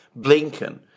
Blinken